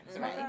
right